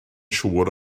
siŵr